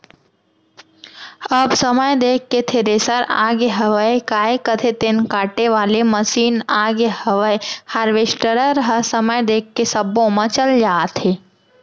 अब समय देख के थेरेसर आगे हयय, काय कथें तेन काटे वाले मसीन आगे हवय हारवेस्टर ह समय देख के सब्बो म चल जाथे